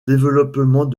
développement